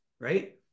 right